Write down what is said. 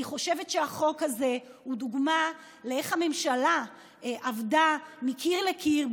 אני חושבת שהחוק הזה הוא דוגמה לאיך הממשלה עבדה מקיר לקיר,